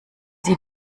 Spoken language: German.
sie